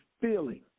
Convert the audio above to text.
feeling